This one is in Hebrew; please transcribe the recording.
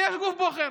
יש גוף בוחר.